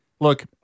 Look